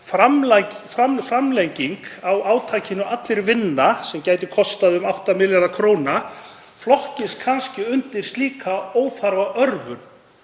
framlenging á átakinu Allir vinna, sem gæti kostað um 8 milljarða kr., flokkist kannski undir slíka óþarfa örvun